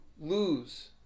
lose